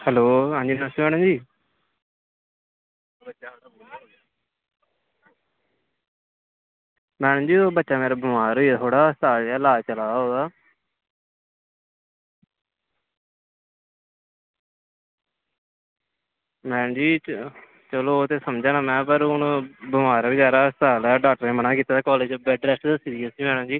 हाल्लो हां जी नमस्ते मैड़म जी मैड़म जी बच्चा मेरा बमार होई दा थोह्ड़ा हस्पताल इलाज़ चला दा ओह्दा मैंम जी चलो ओह् ते समझा ना में पर बमार होई दा हस्पताल ऐ डाक्टरें मनां कीते दा कालेज़ बैड रैस्ट दस्सी दी उसी मैड़म जी